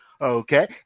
Okay